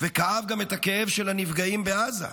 וכאב גם את הכאב של הנפגעים בעזה,